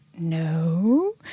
no